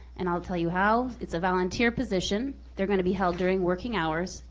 and i'll tell you how. it's a volunteer position. they're gonna be held during working hours.